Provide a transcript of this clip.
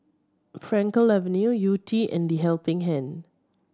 Frankel Avenue Yew Tee and The Helping Hand